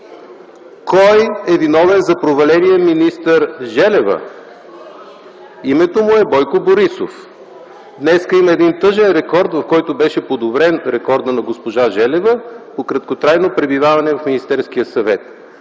Кой е виновен за проваления министър Желева? Името му е Бойко Борисов. Днес има един тъжен рекорд, в който беше подобрен рекордът на госпожа Желева по краткотрайно пребиваване в Министерския съвет.